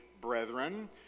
brethren